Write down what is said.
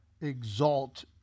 exalt